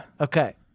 Okay